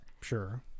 Sure